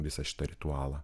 visą šitą ritualą